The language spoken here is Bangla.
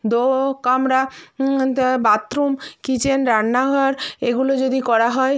দো কামরা তা বাথরুম কিচেন রান্নাঘর এগুলো যদি করা হয়